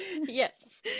yes